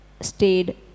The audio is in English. stayed